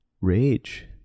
rage